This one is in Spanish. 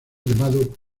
llamado